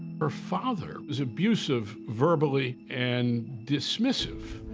her father was abusive verbally and dismissive.